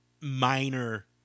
minor